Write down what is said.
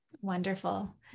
Wonderful